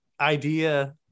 idea